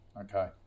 Okay